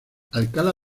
alcalá